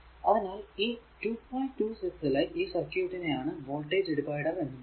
26 ലെ ഈ സർക്യൂട്ടിനെ ആണ് വോൾടേജ് ഡിവൈഡർ എന്ന് വിളിക്കുക